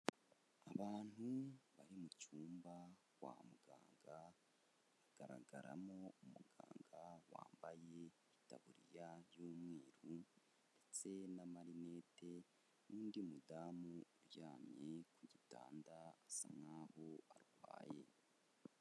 Abantu bari mu cyumba kwa muganga hagaragaramo umuganga wambaye itaburiya y'umweru ndetse n'amarinete n'undi mudamu uryamye ku gitanda asa nkaho arwaye.